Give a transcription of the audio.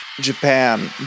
Japan